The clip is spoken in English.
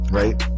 right